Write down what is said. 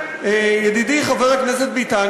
ידידי חבר הכנסת ביטן,